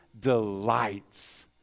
delights